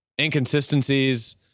inconsistencies